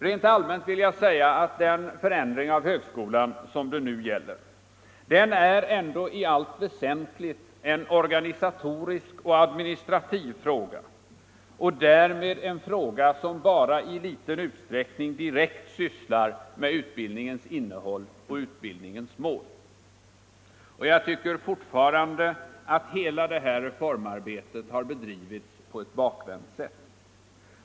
Rent allmänt vill jag säga att den förändring av högskolan som det nu gäller ändå är i allt väsentligt en organisatorisk och administrativ fråga och därmed en fråga som bara i liten utsträckning direkt sysslar med utbildningens innehåll och utbildningens mål. Jag tycker fortfarande att hela det här reformarbetet har bedrivits på ett bakvänt sätt.